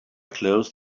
closed